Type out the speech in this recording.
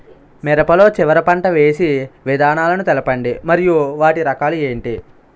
మిరప లో చివర పంట వేసి విధానాలను తెలపండి మరియు వాటి రకాలు ఏంటి